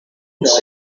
kuko